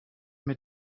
mit